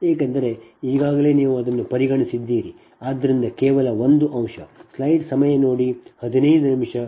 ಏಕೆಂದರೆ ಈಗಾಗಲೇ ನೀವು ಅದನ್ನು ಪರಿಗಣಿಸಿದ್ದೀರಿ ಆದ್ದರಿಂದ ಕೇವಲ ಒಂದು ಅಂಶ